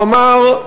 הוא אמר,